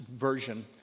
version